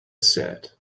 sad